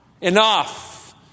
Enough